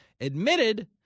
admitted